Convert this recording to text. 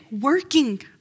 working